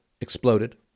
exploded